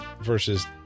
versus